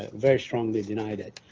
ah very strongly denied it.